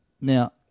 now